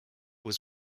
was